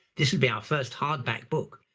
this would be our first hardback book,